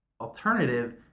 alternative